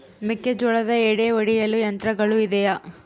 ಮೆಕ್ಕೆಜೋಳದ ಎಡೆ ಒಡೆಯಲು ಯಂತ್ರಗಳು ಇದೆಯೆ?